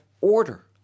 order